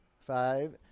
Five